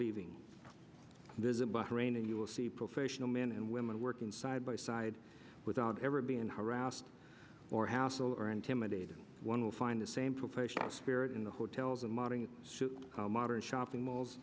leaving visit bahrain and you will see professional men and women working side by side without ever being harassed or hassle or intimidated one will find the same professional spirit in the hotels and modding modern shopping malls